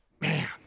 man